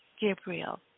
Gabriel